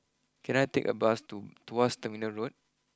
can I take a bus to Tuas Terminal Road